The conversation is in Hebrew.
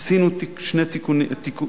עשינו שני תיקונים, חשוב